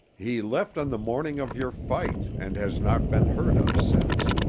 he left on the morning of your fight and has not been heard of since.